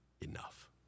enough